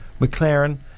McLaren